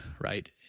right